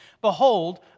Behold